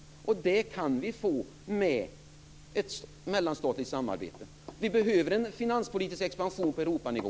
Det kan vi få med ett mellanstatligt samarbete. Vi behöver en finanspolitisk expansion på Europanivå.